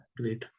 great